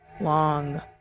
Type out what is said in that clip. long